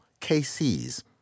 KC's